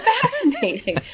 fascinating